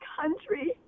country